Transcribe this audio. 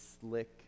slick